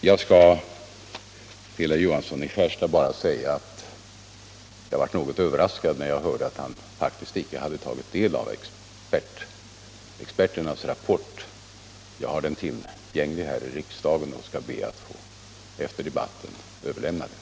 Jag vill till herr Johansson i Skärstad bara säga att jag blev något överraskad när jag hörde att han faktiskt inte hade tagit del av experternas rapport. Jag har den tillgänglig här i riksdagen och skall be att få överlämna den till honom efter debatten.